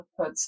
outputs